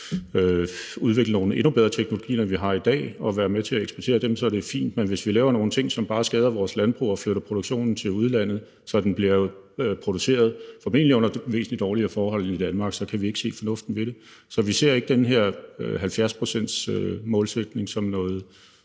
udvikle nogle endnu bedre teknologier, end vi har i dag, og være med til at eksportere dem, er det fint. Men hvis vi laver nogle ting, som bare skader vores landbrug og flytter produktionen til udlandet, så der bliver produceret formentlig under væsentlig dårligere forhold end i Danmark, kan vi ikke se fornuften i det. Så vi ser ikke den her 70-procentsmålsætning som noget